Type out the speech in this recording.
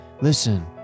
Listen